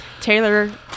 Taylor